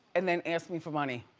and then asked me for money.